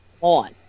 on